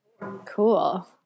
Cool